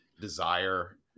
desire